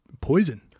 poison